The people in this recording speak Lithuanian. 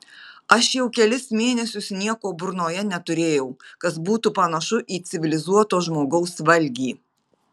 aš jau kelis mėnesius nieko burnoje neturėjau kas būtų panašu į civilizuoto žmogaus valgį